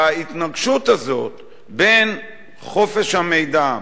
בהתנגשות הזאת בין חופש המידע,